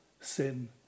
sin